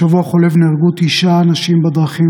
בשבוע החולף נהרגו תשעה אנשים בדרכים,